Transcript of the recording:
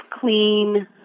clean